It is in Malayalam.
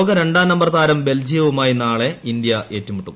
ലോക രണ്ടാം നമ്പർ താരം ബെൽജിയ്ക്ക്വുമായി നാളെ ഇന്ത്യ ഏറ്റുമുട്ടും